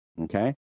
okay